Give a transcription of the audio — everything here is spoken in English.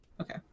okay